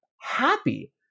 happy